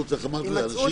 איך אמרת את זה?